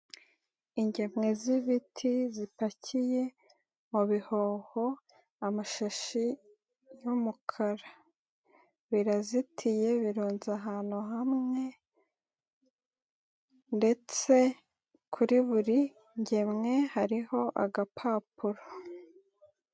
Ingemwe z'ibiti zipakiye mu bihoho, amashashi y'umukara, birazitiye birunza ahantu hamwe ndetse kuri buri ngemwe hariho agapapuro.